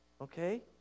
okay